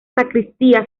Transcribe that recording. sacristía